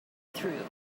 through